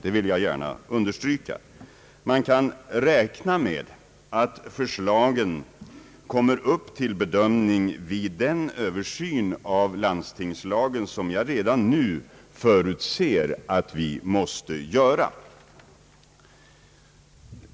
Det vill jag gärna understryka. Man kan räkna med att förslagen skall tas upp till bedömning vid den översyn av landstingslagen som jag redan nu förutser att vi måste göra.